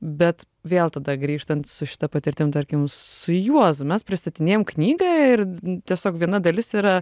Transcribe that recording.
bet vėl tada grįžtant su šita patirtim tarkim su juozu mes pristatinėjom knygą ir tiesiog viena dalis yra